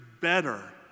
better